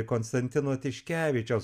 konstantino tiškevičiaus